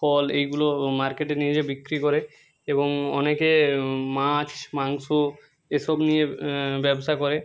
ফল এইগুলো মার্কেটে নিয়ে যেয়ে বিক্রি করে এবং অনেকে মাছ মাংস এসব নিয়ে ব্যবসা করে